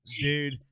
Dude